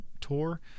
tour